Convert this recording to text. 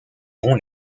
bon